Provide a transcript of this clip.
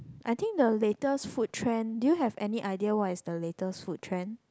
I think the latest food trend do you have any idea what is the latest food trend